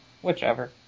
Whichever